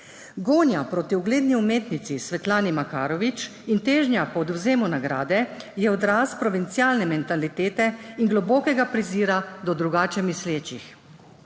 Gonja proti ugledni umetnici Svetlani Makarovič in težnja po odvzemu nagrade je odraz provincialne mentalitete in globokega prezira do drugače mislečih.